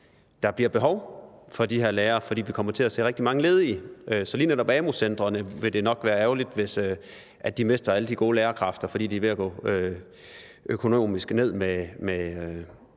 der bliver behov for de her lærere, fordi vi kommer til at se rigtig mange ledige. Så lige netop med hensyn til amu-centrene vil det nok være ærgerligt, at de mister alle de gode lærerkræfter, fordi de økonomisk er ved